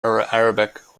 arabic